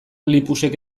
lipusek